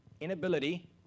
inability